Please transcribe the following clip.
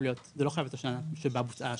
להיות זה לא חייב את השנה שבה בוצעה ההשקעה.